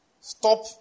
Stop